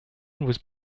was